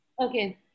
Okay